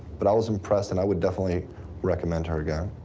but i was impressed, and i would definitely recommend her again.